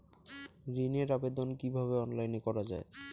ঋনের আবেদন কিভাবে অনলাইনে করা যায়?